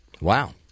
Wow